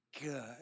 good